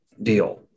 deal